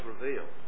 revealed